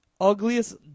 ugliest